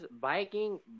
biking